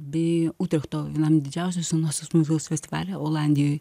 bei utrechto vienam didžiausių senosios muzikos festivalyje olandijoj